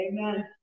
Amen